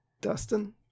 Dustin